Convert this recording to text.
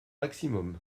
maximum